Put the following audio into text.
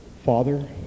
Father